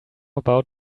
about